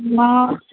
मग